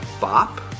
bop